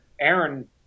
Aaron